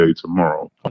tomorrow